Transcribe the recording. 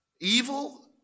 Evil